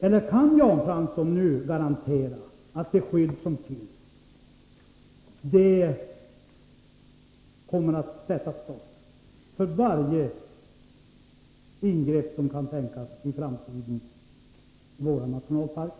Eller kan Jan Fransson nu garantera att det skydd som finns kommer att sätta stopp för varje ingrepp som kan tänkas i framtiden i våra nationalparker?